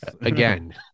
again